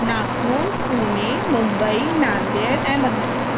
ناگ پور پونے ممبئی ناندیڑ احمد نگر